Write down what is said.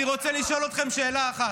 אני רוצה לשאול אתכם שאלה אחת.